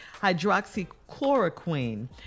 hydroxychloroquine